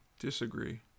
disagree